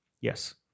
Yes